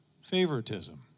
favoritism